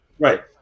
Right